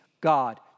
God